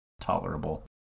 tolerable